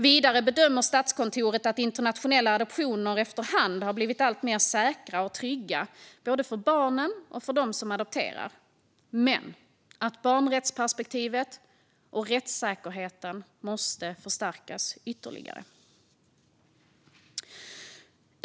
Vidare bedömer Statskontoret att internationella adoptioner efter hand har blivit alltmer säkra och trygga, både för barnen och för dem som adopterar, men att barnrättsperspektivet och rättssäkerheten måste förstärkas ytterligare.